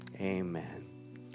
Amen